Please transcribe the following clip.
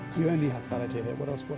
you only have fallow deer here, what else.